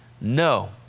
No